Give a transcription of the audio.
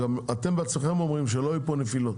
אתם בעצמכם אומרים שלא יהיו פה נפילות